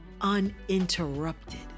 uninterrupted